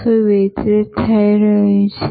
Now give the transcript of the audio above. શું વિતરિત થઈ રહ્યું છે